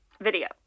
Video